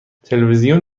تلویزیون